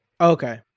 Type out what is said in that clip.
Okay